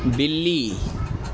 بلی